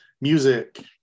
music